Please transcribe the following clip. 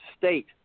State